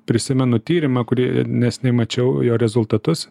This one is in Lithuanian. prisimenu tyrimą kurį neseniai mačiau jo rezultatus